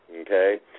Okay